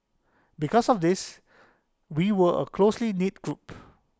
because of this we were A closely knit group